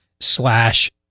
slash